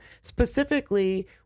specifically